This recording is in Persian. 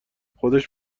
خودش